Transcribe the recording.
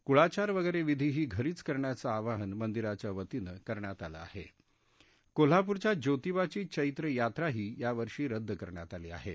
कुळाचार वगैरा विधीही घरीच करण्याच खिवाहन मंदिराच्या वतीन खिरण्यात आलं आहा कोल्हापूरच्या ज्योतिबाची चैत्र यात्राही यावर्षी रद्द करण्यात आली आहा